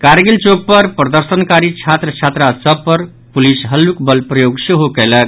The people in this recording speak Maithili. कारगिल चौक पर प्रदर्शनकारी छात्र छात्रा पर पुलिस हल्लुक बल प्रयोग सेहो कयलक